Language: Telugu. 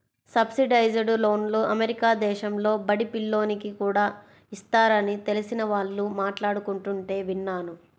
సబ్సిడైజ్డ్ లోన్లు అమెరికా దేశంలో బడి పిల్లోనికి కూడా ఇస్తారని తెలిసిన వాళ్ళు మాట్లాడుకుంటుంటే విన్నాను